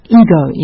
ego